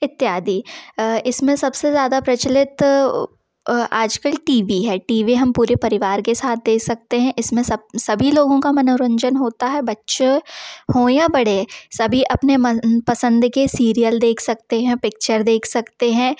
इत्यादि इस में सब से ज़्यादा प्रचलित आज कल टी वी है टी वी हम पूरे परिवार के साथ देख सकते हैं इस में सब सभी लोगों का मनोरंजन होता है बच्चे हों या बड़े सभी अपने मनपसंद के सीरियल देख सकते हैं पिक्चर देख सकते हैं